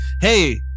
Hey